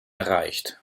erreicht